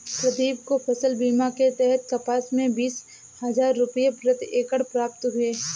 प्रदीप को फसल बीमा के तहत कपास में बीस हजार रुपये प्रति एकड़ प्राप्त हुए